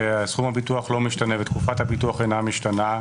שסכום הביטוח לא משתנה ותקופת הביטוח אינה משתנה,